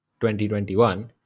2021